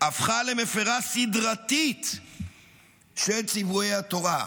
הפכה למפירה סדרתית של ציווי התורה?